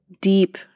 deep